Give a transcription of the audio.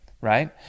right